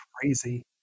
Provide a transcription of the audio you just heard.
crazy